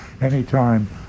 anytime